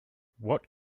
what